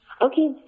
Okay